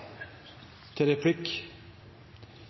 til